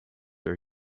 are